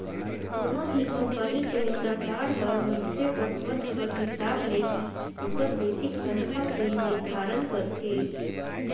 कोनो भी कंपनी चहे सरकार हर मइनसे कर पद कर हिसाब ले ही ओकर बेसिक तनखा के निरधारन करथे